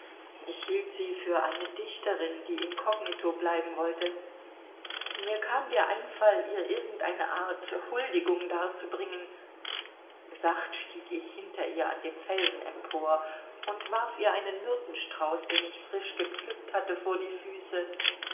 hielt sie für eine dichterin die incognito bleiben wollte mir kam der einfall ihr irgend eine art huldigung darzubringen sacht stieg ich hinter ihr an dem felsen empor und warf ihr einen myrtenstrauß den ich frisch gepflückt hatte vor die füße